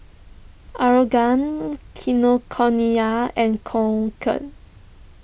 Aeroguard Kinokuniya and Conquer